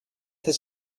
his